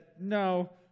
no